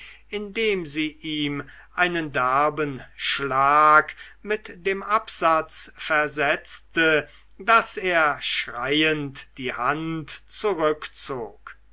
indem sie ihm einen derben schlag mit dem absatz versetzte daß er schreiend die hand zurückzog